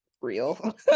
real